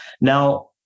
Now